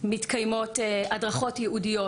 מתקיימות הדרכות ייעודיות,